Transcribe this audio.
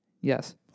Yes